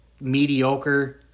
mediocre